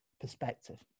perspective